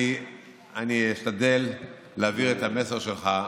אני אשתדל להעביר את המסר שלך,